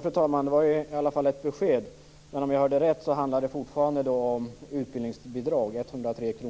Fru talman! Det var ju i alla fall ett besked. Om jag hörde rätt handlar det fortfarande om utbildningsbidrag, 103 kr